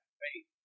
faith